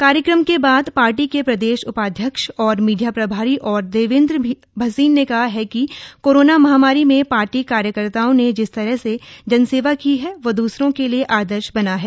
कार्यक्रम के बाद पार्टी के प्रदेश उपाध्यक्ष और मीडिया प्रभारी और देवेंद्र भसीन ने कहा कि कोरोना महामारी में पार्टी कार्यकर्ताओं ने जिस तरह से जन सेवा की है वो द्रसरों के लिए आदर्श बना है